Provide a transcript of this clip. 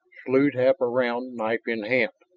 slewed half around, knife in hand.